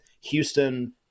Houston